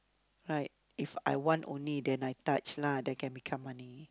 right if I want only then I touch lah then can become money